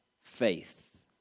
Faith